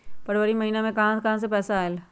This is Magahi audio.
फरवरी महिना मे कहा कहा से पैसा आएल?